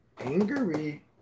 angry